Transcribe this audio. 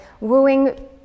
wooing